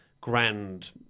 grand